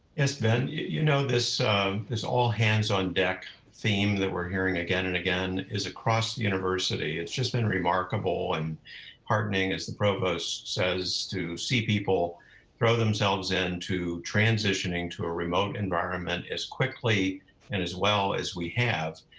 yes, ben. you know this is all hands on deck theme that we're hearing again and again is across the university. it's just been remarkable and heartening, as the provost says, to see people throw themselves into transitioning to a remote environment as quickly and as well as we have.